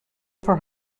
for